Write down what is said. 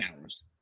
hours